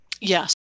Yes